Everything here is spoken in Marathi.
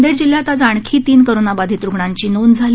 नांदेड जिल्ह्यात आज आणखी तीन कोरोनाबाधित रूग्णांची नोंद झाली